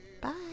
Bye